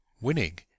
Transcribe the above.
winning